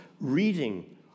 reading